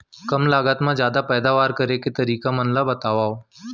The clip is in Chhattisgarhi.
कम लागत मा जादा पैदावार करे के तरीका मन ला बतावव?